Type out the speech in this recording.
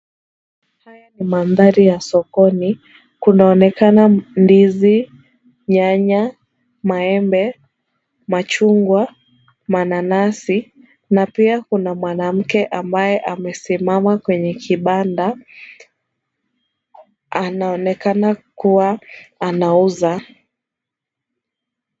Haya ni maandhari ya sokoni, kunaonekana ndizi, nyanya, maembe, machungwa, mananasi na pia kuna mwanamke ambaye amesimama kwenye kibanda, anaonekana kuwa anauza.